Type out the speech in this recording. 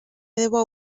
debo